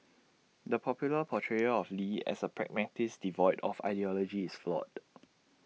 the popular portrayal of lee as A pragmatist devoid of ideology is flawed